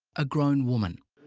a grown woman.